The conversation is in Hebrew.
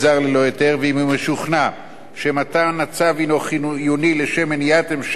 משוכנע שמתן הצו חיוני למניעת המשך העסקתו.